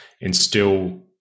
instill